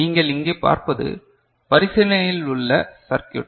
நீங்கள் இங்கே பார்ப்பது பரிசீலனையில் உள்ள சர்க்யூட்